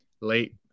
late